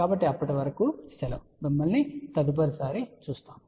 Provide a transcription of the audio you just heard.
కాబట్టి అప్పటి వరకు సెలవు మిమ్మల్ని తదుపరిసారి చూస్తాము